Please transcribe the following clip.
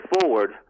forward